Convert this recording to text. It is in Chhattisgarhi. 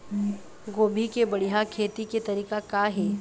गोभी के बढ़िया खेती के तरीका का हे?